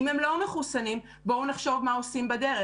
אם הם לא מחוסנים, בואו נחשוב מה עושים בדרך.